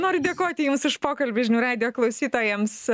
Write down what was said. noriu dėkoti jums už pokalbį žinių radijo klausytojams